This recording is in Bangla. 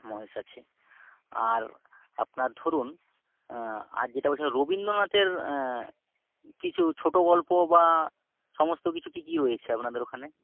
মহেশ আছে আর আপনার ধরুন আর যেটা বলছিলাম রবীন্দ্রনাথের কিছু ছোটো গল্প বা সমস্ত কিছু কী কী রয়েছে আপনাদের ওখানে